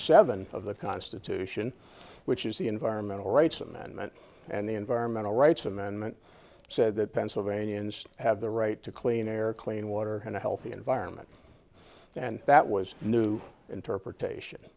seven of the constitution which is the environmental rights amendment and the environmental rights amendment said that pennsylvanians have the right to clean air clean water and a healthy environment and that was a new interpretation